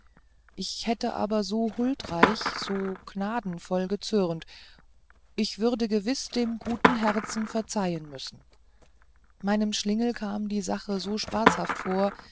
ich hätte aber so huldreich so gnadenvoll gezürnt ich würde gewiß dem guten herzen verzeihen müssen meinem schlingel kam die sache so spaßhaft vor